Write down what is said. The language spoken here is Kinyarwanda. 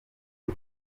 byo